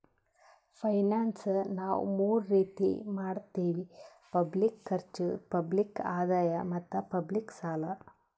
finance ನಾವ್ ಮೂರ್ ರೀತಿ ಮಾಡತ್ತಿವಿ ಪಬ್ಲಿಕ್ ಖರ್ಚ್, ಪಬ್ಲಿಕ್ ಆದಾಯ್ ಮತ್ತ್ ಪಬ್ಲಿಕ್ ಸಾಲ